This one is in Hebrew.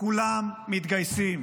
כולם מתגייסים.